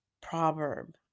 proverb